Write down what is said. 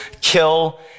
kill